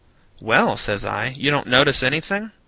well, says i, you don't notice anything?